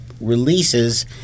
releases